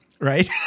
Right